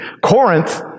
Corinth